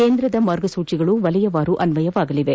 ಕೇಂದ್ರದ ಮಾರ್ಗಸೂಚಿಗಳು ವಲಯವಾರು ಅನ್ವಯವಾಗಲಿದೆ